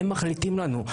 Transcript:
הם מחליטים לנו.